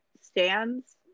stands